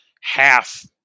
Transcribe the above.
half